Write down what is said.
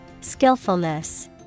Skillfulness